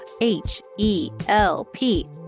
H-E-L-P